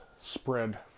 spread